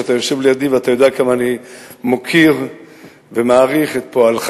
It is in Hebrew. ואתה יושב לידי ואתה יודע כמה אני מוקיר ומעריך את פועלך